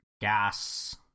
gas